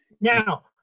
Now